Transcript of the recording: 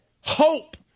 Hope